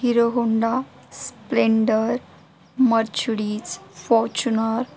Hero Honda splendor Mercedes Fortuner